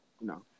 no